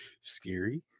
Scary